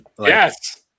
Yes